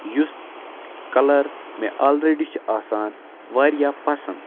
یُس کَلَر مےٚ آلرٔڈی چھِ آسان واریاہ پَسنٛد